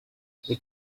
you